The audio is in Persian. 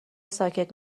ساکت